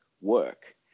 work